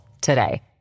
today